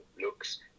looks